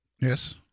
yes